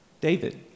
David